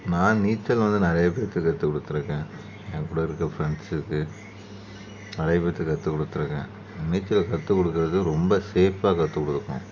நான் நீச்சல் வந்து நிறைய பேர்த்துக்கு கற்றுக் கொடுத்துருக்கேன் என் கூட இருக்க ஃப்ரெண்ட்ஸுக்கு நிறைய பேர்த்துக்கு கற்றுக் கொடுத்துருக்கேன் நீச்சல் கற்றுக் கொடுக்கறது ரொம்ப சேஃபாக கற்றுக் கொடுக்கணும்